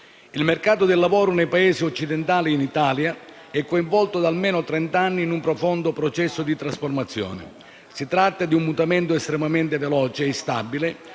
il mercato del lavoro nei Paesi occidentali e in Italia è coinvolto da almeno trent’anni in un profondo processo di trasformazione. Si tratta di un mutamento estremamente veloce e instabile,